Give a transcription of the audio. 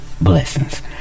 Blessings